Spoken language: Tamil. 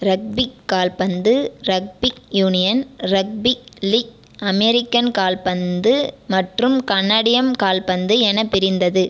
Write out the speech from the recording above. ரக்பிக் கால்பந்து ரக்பிக் யூனியன் ரக்பிக் லீக் அமெரிக்கன் கால்பந்து மற்றும் கனடியம் கால்பந்து என பிரிந்தது